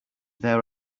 there